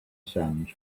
sands